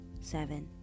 seven